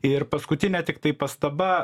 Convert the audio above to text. ir paskutinė tiktai pastaba